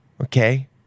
Okay